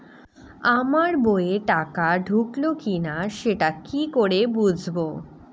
আমার বইয়ে টাকা ঢুকলো কি না সেটা কি করে বুঝবো?